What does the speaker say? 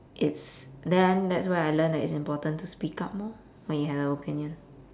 it's then that's where I learnt that it is important to speak up lor when you have an opinion